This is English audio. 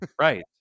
right